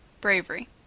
Bravery